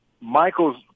Michael's